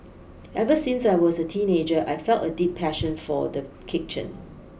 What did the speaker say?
ever since I was a teenager I've felt a deep passion for the kitchen